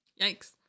Yikes